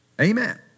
Amen